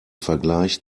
vergleich